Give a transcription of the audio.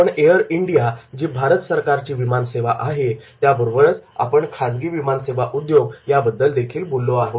आपण Air India जी भारत सरकारची विमानसेवा आहे त्याबरोबरच आपण खाजगी विमान सेवा उद्योग या बद्दलदेखील आपण बोललो आहे